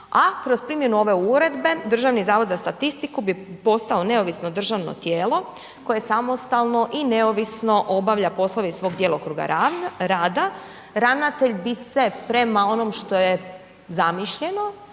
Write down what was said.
a kroz primjenu ove uredbe Državni zavod za statistiku bi postao neovisno državno tijelo koje samostalno i neovisno obavlja poslove iz svog djelokruga rada. Ravnatelj bi se prema onom što je zamišljeno